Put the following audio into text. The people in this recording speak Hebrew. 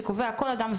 שקובע: "כל אדם,